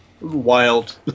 wild